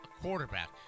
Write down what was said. quarterback